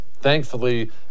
Thankfully